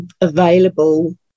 available